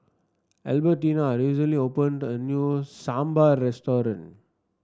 Albertina recently opened a new Sambar Restaurant